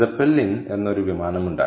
Zeppelin എന്നൊരു വിമാനം ഉണ്ടായിരുന്നു